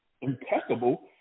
impeccable